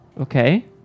Okay